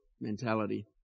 mentality